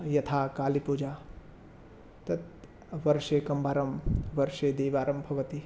यथा कालीपूजा तत् वर्षे एकवारं वर्षे द्विवारम्भवति